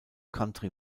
country